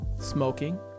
smoking